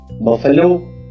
buffalo